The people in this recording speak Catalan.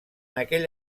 aquell